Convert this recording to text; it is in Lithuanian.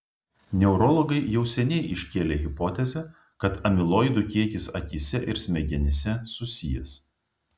neurologai jau seniai iškėlė hipotezę kad amiloidų kiekis akyse ir smegenyse susijęs